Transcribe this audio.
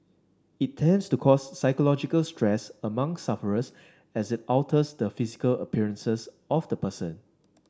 it tends to cause psychological stress among sufferers as it alters the physical appearances of the person